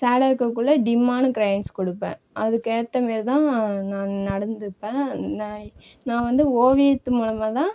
சேடாக இருக்ககுள்ள டிம்மான க்ரயான்ஸ் கொடுப்பன் அதுக்கேற்ற மாரி தான் நான் நடந்துப்பேன் நான் நான் வந்து ஓவியத்து மூலமாகதான்